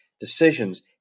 decisions